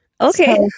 okay